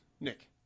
Nick